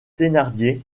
thénardier